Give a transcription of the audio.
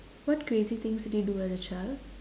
what creative things did you do as a child